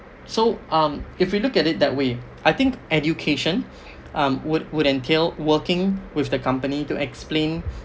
so um if you look at it that way I think education um would would entail working with the company to explain